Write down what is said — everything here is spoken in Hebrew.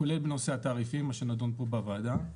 כולל בנושא התרעיפים אשר נדון פה בוועדה.